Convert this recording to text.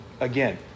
Again